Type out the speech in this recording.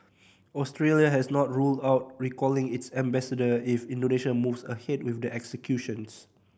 Australia has not ruled out recalling its ambassador if Indonesia moves ahead with the executions